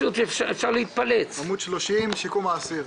שיקום האסיר.